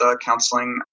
counseling